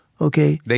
okay